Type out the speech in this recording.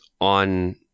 on